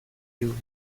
you